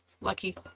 Lucky